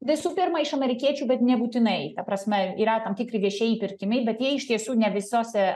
visų pirma iš amerikiečių bet nebūtinai ta prasme yra tam tikri viešieji pirkimai bet jie iš tiesų ne visose